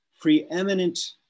preeminent